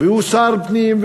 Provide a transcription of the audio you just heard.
והוא שר פנים,